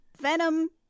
Venom